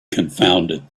confounded